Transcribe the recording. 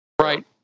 Right